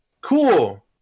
cool